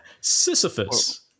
Sisyphus